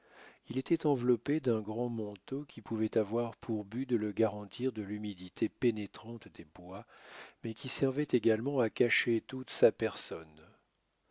il était enveloppé d'un grand manteau qui pouvait avoir pour but de le garantir de l'humidité pénétrante des bois mais qui servait également à cacher toute sa personne